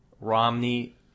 Romney